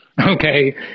okay